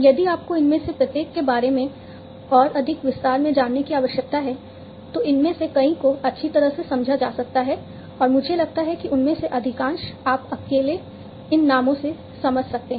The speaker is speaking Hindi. यदि आपको इनमें से प्रत्येक के बारे में और अधिक विस्तार से जानने की आवश्यकता है तो इनमें से कई को अच्छी तरह से समझा जा सकता है और मुझे लगता है कि उनमें से अधिकांश आप अकेले इन नामों से समझ सकते हैं